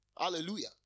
Hallelujah